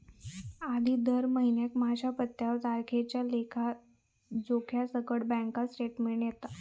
आधी दर महिन्याक माझ्या पत्त्यावर तारखेच्या लेखा जोख्यासकट बॅन्क स्टेटमेंट येता